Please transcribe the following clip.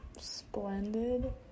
splendid